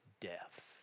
death